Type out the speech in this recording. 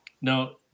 No